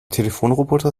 telefonroboter